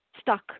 stuck